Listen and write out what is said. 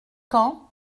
quand